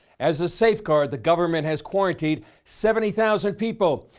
as a safeguard the government has quarantined seventy thousand people.